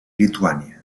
lituània